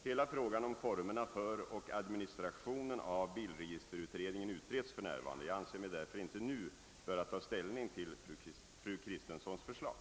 Hela frågan om formerna för och administrationen av bilregistreringen utreds f.n. Jag anser mig därför inte nu böra ta ställning till fru Kristenssons förslag.